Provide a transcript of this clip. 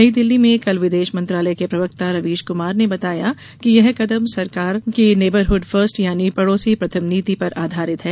नई दिल्ली में कल विदेश मंत्रालय के प्रवक्ता रवीश कुमार ने बताया कि यह कदम सरकार की नेबरहड फर्स्ट यानी पड़ोसी प्रथम नीति पर आधारित है